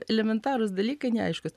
elementarūs dalykai neaiškūs